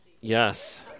yes